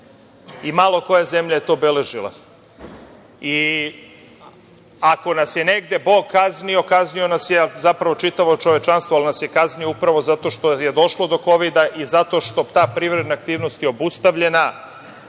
Malo koja zemlja je to beležila. Ako nas je negde Bog kaznio, kaznio nas je, zapravo čitavo čovečanstvo, ali nas je kaznio upravo zato što je došlo do kovida i zato što je ta privredna aktivnost obustavljena